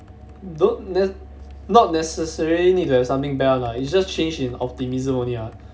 don't not necessarily need to have something bad one lah it's just change in optimism only ah